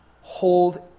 hold